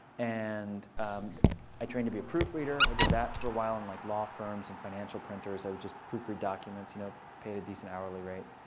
and i trained to be a proofreader. i did that for a while in like law firms and financial printers. i would just proofread documents. it you know paid a decent hourly rate.